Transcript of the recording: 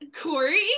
Corey